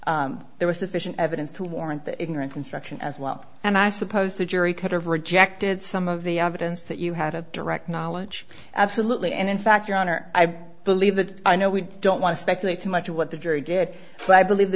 know there was sufficient evidence to warrant the ignorance instruction as well and i suppose the jury could have rejected some of the evidence that you have a direct knowledge absolutely and in fact your honor i believe that i know we don't want to speculate too much of what the jury did but i believe the